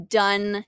done